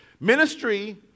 Ministry